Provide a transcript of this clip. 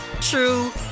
true